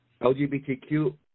LGBTQ